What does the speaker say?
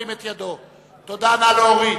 נא להוריד.